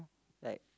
like